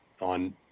on